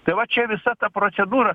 tai va čia visa ta procedūra